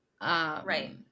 right